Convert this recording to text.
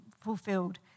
fulfilled